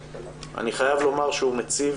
אני חייב לומר שהוא מציב